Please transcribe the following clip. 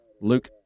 Luke